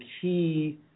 key